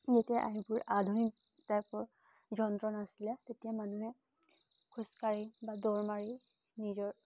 যেতিয়া সেইবোৰ আধুনিক টাইপৰ যন্ত্ৰ নাছিলে তেতিয়া মানুহে খোজকাঢ়ি বা দৌৰ মাৰি নিজৰ